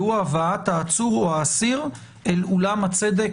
והוא הבאת העצור או האסיר אל אולם הצדק,